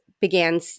began